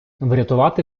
врятувати